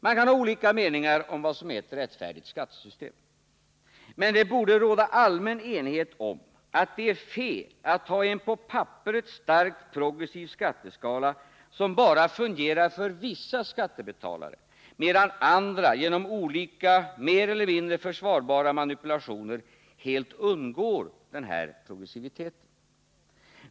Man kan ha olika meningar om vad som är ett rättfärdigt skattesystem, men det borde råda allmän enighet om att det är fel att ha en på papperet starkt progressiv skatteskala som bara fungerar för vissa skattebetalare, medan andra med olika mer eller mindre försvarbara manipulationer helt undgår progressiviteten.